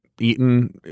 eaten